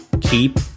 keep